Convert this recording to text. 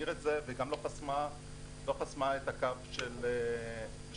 והיא גם לא חסמה את הקו של נעמ"ת.